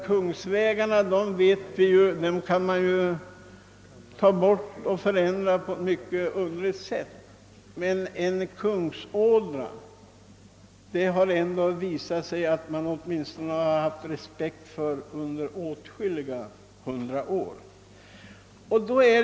Kungsvägarna brukar man kunna ändra på många underliga sätt, men för en kungsådra kan det visas respekt under åtskilliga hundra år.